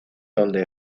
donde